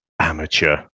amateur